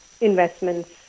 investments